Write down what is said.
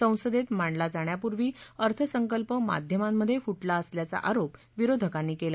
संसदेत मांडला जाण्यापूर्वी अर्थसंकल्प माध्यमांमध्ये फुटला असल्याचा आरोप विरोधकांनी केला